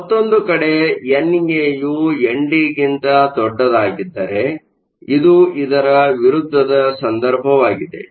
ಮತ್ತೊಂದು ಕಡೆ ಎನ್ಎ ಯು ಎನ್ಡಿಗಿಂತ ದೊಡ್ಡದಾಗಿದ್ದರೆ ಇದು ಇದರ ವಿರುದ್ದದ ಸಂದರ್ಭವಾಗಿದೆ